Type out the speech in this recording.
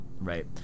right